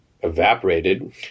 evaporated